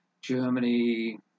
Germany